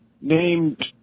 named